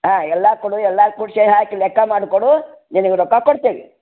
ಹಾಂ ಎಲ್ಲ ಕೊಡು ಎಲ್ಲ ಕೂಡಿಸಿ ಹಾಕಿ ಲೆಕ್ಕ ಮಾಡಿಕೊಡು ನಿನಗೆ ರೊಕ್ಕ ಕೊಡ್ತೇವೆ